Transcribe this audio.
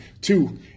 Two